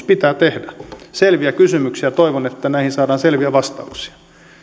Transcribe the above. pitää tehdä selviä kysymyksiä ja toivon että näihin saadaan selviä vastauksia